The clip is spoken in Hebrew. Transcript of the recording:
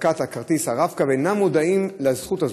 הנפקת כרטיס הרב-קו, אינם מודעים לזכאות הזו.